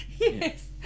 Yes